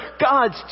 God's